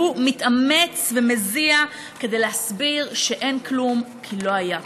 מתאמץ ומזיע כדי להסביר שאין כלום כי לא היה כלום.